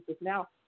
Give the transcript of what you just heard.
now